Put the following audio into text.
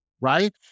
right